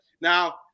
now